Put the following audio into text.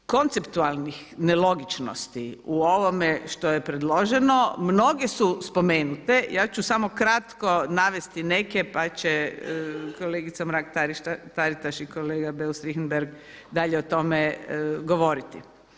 Ima konceptualnih nelogičnosti u ovome što je predloženo, mnoge su spomenute, ja ću samo kratko navesti neke pa će kolegica Mrak-Taritaš i kolega Beus Richembergh dalje o tome govoriti.